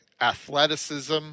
athleticism